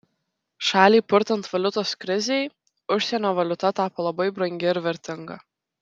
šalį purtant valiutos krizei užsienio valiuta tapo labai brangi ir vertinga